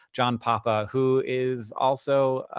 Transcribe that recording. john papa, who is also